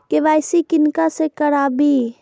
KYC किनका से कराबी?